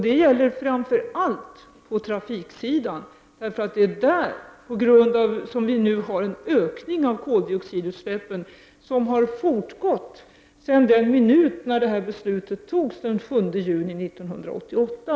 Det gäller framför allt på trafiksidan, eftersom det är där som det nu sker en ökning av koldioxidutsläppen — en ökning som har fortgått sedan den minut då beslutet fattades den 7 juni 1988.